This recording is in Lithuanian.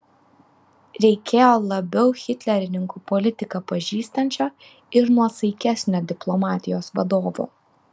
reikėjo labiau hitlerininkų politiką pažįstančio ir nuosaikesnio diplomatijos vadovo